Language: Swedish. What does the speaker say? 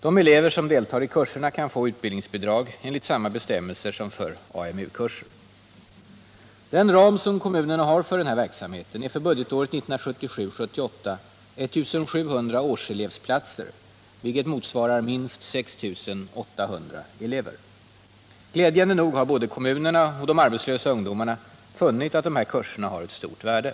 De elever som deltar i kurserna kan få utbildningsbidrag enligt samma bestämmelser som för AMU-kurser. Den ram som kommunerna har för denna verksamhet är för budgetåret 1977/78 1 700 årselevplatser, vilket motsvarar minst 6 800 elever. Gläd jande nog har både kommunerna och de arbetslösa ungdomarna funnit — Nr 39 att dessa kurser har stort värde.